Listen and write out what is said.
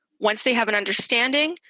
once they have an understanding,